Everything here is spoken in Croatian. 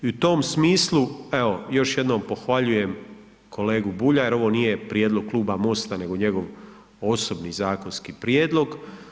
I u tom smislu, evo još jednom pohvaljujem kolegu Bulja jer ovo nije prijedlog Kluba MOST-a nego njegov osobni zakonski prijedlog.